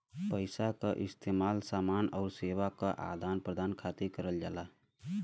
पइसा क इस्तेमाल समान आउर सेवा क आदान प्रदान खातिर करल जाला